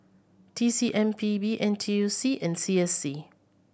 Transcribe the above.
T C M P B N T U C and C S C